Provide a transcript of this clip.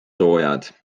soojad